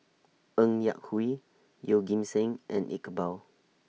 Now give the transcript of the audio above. Ng Yak Whee Yeoh Ghim Seng and Iqbal